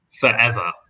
forever